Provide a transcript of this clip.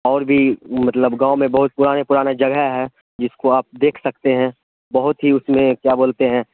اور بھی مطلب گاؤں میں بہت پرانے پرانے جگہ ہے جس کو آپ دیکھ سکتے ہیں بہت ہی اس میں کیا بولتے ہیں